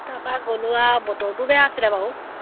তাৰপৰা গ'লোঁ আৰু বতৰটো বেয়া আছিলে বাৰু